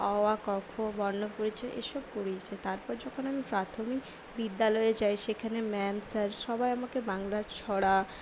অ আ ক খ বর্ণপরিচয় এসব পড়িয়েছে তারপর যখন আমি প্রাথমিক বিদ্যালয়ে যাই সেখানে ম্যাম স্যার সবাই আমাকে বাংলা ছড়া